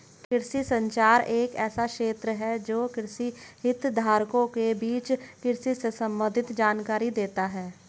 कृषि संचार एक ऐसा क्षेत्र है जो कृषि हितधारकों के बीच कृषि से संबंधित जानकारी देता है